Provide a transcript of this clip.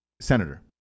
Senator